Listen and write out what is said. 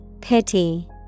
Pity